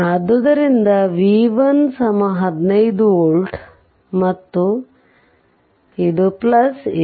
ಆದ್ದರಿಂದ v 1 15 volt ಆಗಿದೆ ಮತ್ತು ಇದು ಇದು